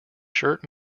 shirt